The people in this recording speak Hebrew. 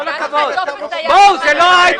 עם כל הכבוד, זה לא הייד-פארק.